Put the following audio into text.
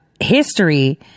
history